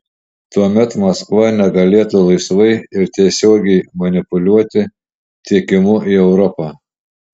tuomet maskva negalėtų laisvai ir tiesiogiai manipuliuoti tiekimu į europą